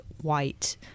white